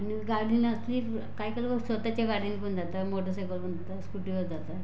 आणि गाडी नसली काही काही लोकं स्वतःच्या गाडीने पण जातात मोटारसायकलवरून जातात स्कुटीवर जातात